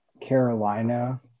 Carolina